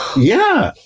yeah.